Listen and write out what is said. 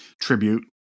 tribute